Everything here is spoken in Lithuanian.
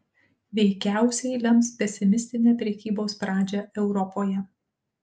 veikiausiai lems pesimistinę prekybos pradžią europoje